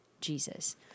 Jesus